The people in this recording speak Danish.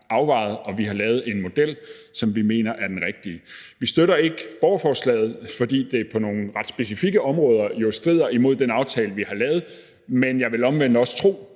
afvejet og lavet en model, som vi mener er den rigtige. Vi støtter ikke borgerforslaget, fordi det på nogle ret specifikke områder jo strider imod den aftale, som vi har lavet. Men jeg vil omvendt også tro,